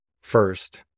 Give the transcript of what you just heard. First